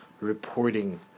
reporting